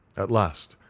at last,